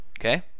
Okay